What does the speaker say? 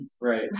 Right